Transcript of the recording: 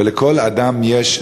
ולכל אדם יש,